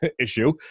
issue